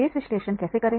case विश्लेषण कैसे करें